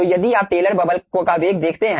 तो यदि आप टेलर बबल का वेग देखते हैं